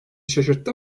şaşırttı